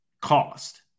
cost